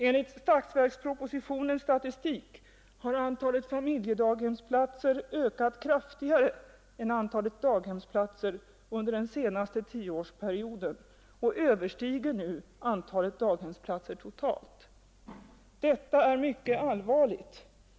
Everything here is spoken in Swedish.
Enligt statsverkspropositionens statistik har antalet familjedaghemsplatser ökat kraftigare än antalet daghemsplatser under den senaste tioårsperioden och överstiger nu antalet daghemsplatser totalt. Detta är mycket allvarligt.